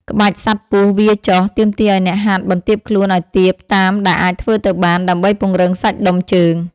ក្បាច់ សត្វពស់វារចុះ ទាមទារឱ្យអ្នកហាត់បន្ទាបខ្លួនឱ្យទាបតាមដែលអាចធ្វើទៅបាន ដើម្បីពង្រឹងសាច់ដុំជើង។